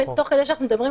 תוך כדי שאנחנו מדברים,